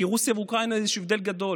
כי בין רוסיה לאוקראינה יש הבדל גדול.